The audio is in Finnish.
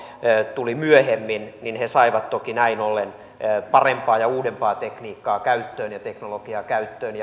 tuli myöhemmin niin he saivat toki näin ollen parempaa ja uudempaa tekniikkaa ja teknologiaa käyttöön